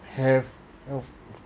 have of